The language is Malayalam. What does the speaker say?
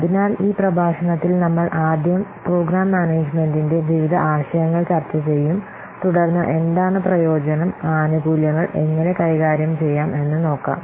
അതിനാൽ ഈ പ്രഭാഷണത്തിൽ നമ്മൾ ആദ്യം പ്രോഗ്രാം മാനേജ്മെന്റിന്റെ വിവിധ ആശയങ്ങൾ ചർച്ച ചെയ്യും തുടർന്ന് എന്താണ് പ്രയോജനം ആനുകൂല്യങ്ങൾ എങ്ങനെ കൈകാര്യം ചെയ്യാം എന്ന് നോക്കാം